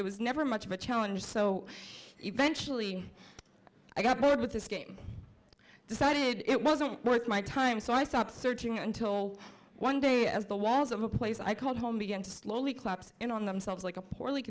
it was never much of a challenge so eventually i got bored with this game decided it wasn't worth my time so i stopped searching until one day as the walls of a place i called home began to slowly collapse in on themselves like a poorly